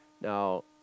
Now